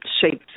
shapes